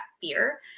fear